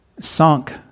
sunk